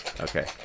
Okay